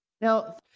Now